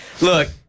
Look